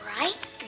Right